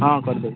ହଁ କରିଦେବି